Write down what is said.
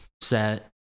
set